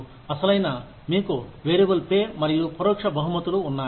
అసలైన మీకు వేరియబుల్ పై మరియు పరోక్ష బహుమతులు ఉన్నాయి